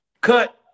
Cut